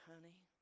honey